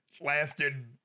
lasted